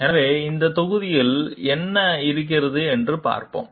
எனவே இந்த தொகுதியில் என்ன இருக்கிறது என்று பார்ப்போம்